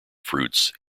fruits